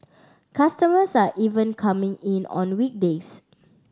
customers are even coming in on weekdays